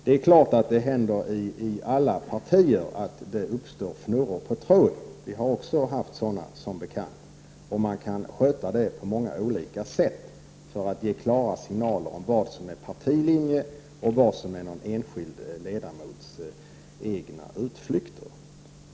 Det händer naturligtvis i alla partier att det uppstår fnurror på tråden — vi har också som bekant haft sådana. Man kan sköta sådana frågor på många olika sätt för att ge klara signaler om vad som är partilinjen och vad som är en enskild ledamots egna utflykter.